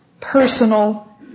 personal